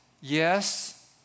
yes